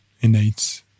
innate